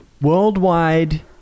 worldwide